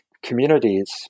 communities